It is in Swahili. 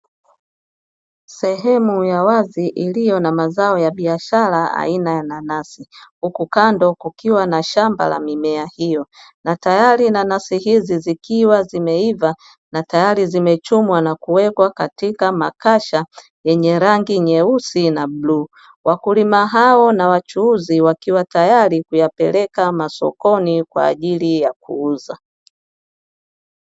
Sehemu ya wazi iliyo na mazao ya biashara aina ya nanasi, huku kando kukiwa na shamba la mimea hiyo. Na tayari nanasi hizi zikiwa zimeiva na tayari zimechumwa na kuwekwa katika makasha yenye rangi nyeusi na bluu. Wakulima hao na wachuuzi wakiwa tayari kuyapeleka masokoni kwa ajili ya kuuza.